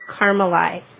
caramelize